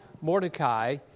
Mordecai